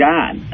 God